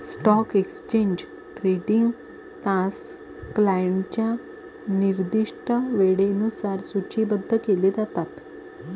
stock exchange trading तास क्लायंटच्या निर्दिष्ट वेळेनुसार सूचीबद्ध केले जातात